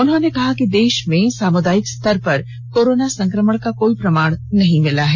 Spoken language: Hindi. उन्होंने कहा कि देश में सामुदायिक स्तर पर कोरोना संक्रमण का कोई प्रमाण नहीं मिला है